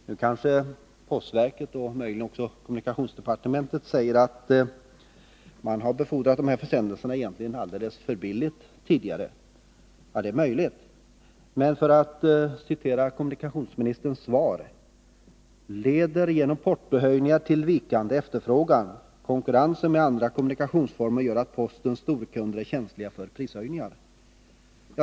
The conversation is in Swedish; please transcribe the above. Nu kanske postverket, och möjligen också kommunikationsdepartementet, säger att sådana här försändelser tidigare egentligen har befordrats alldeles för billigt. Ja, det är möjligt. Men för att citera kommunikationsministern kanske det ”leder genom nikationsformer gör att postens storkunder är känsliga för prishöjningar”.